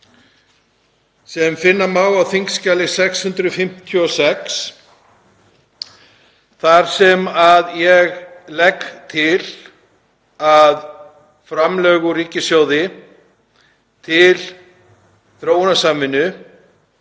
sem finna má á þskj. 656, þar sem ég legg til að framlög úr ríkissjóði til þróunarsamvinnu